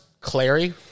Clary